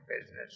business